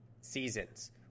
seasons